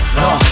no